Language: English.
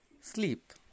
sleep